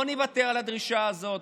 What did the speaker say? לא נוותר על הדרישה הזאת,